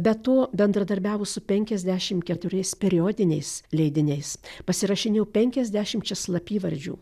be to bendradarbiavo su penkiasdešim keturiais periodiniais leidiniais pasirašinėjo penkiasdešimčia slapyvardžių